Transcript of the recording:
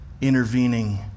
intervening